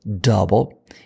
double